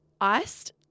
Iced